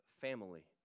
family